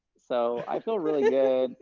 so i feel really good.